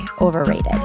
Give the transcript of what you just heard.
overrated